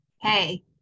Hey